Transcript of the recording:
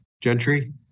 Gentry